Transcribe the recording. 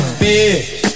bitch